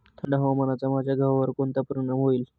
थंड हवामानाचा माझ्या गव्हावर कोणता परिणाम होईल?